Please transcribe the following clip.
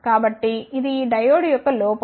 కాబట్టి ఇది ఈ డయోడ్ యొక్క లోపం